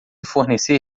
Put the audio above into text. fornecer